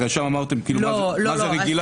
לא, לא.